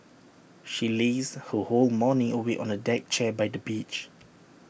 she lazed her whole morning away on A deck chair by the beach